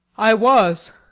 i was.